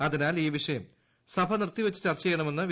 അതിനാൽ ഈ വിഷയം സഭ നിർത്തിവച്ച് ചർച്ച ചെയ്യണ മെന്ന് വി